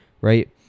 right